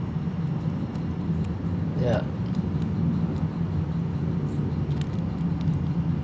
ya